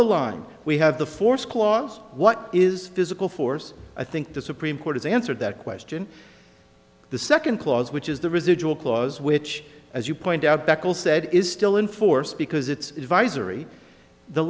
the line we have the force clause what is physical force i think the supreme court has answered that question the second clause which is the residual clause which as you point out bekele said is still in force because it's